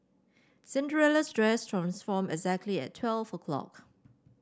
Cinderella's dress transformed exactly at twelve O clock